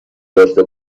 داشته